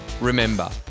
remember